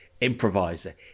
improviser